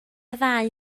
ddau